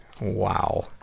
Wow